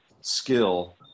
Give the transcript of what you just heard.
skill